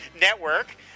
network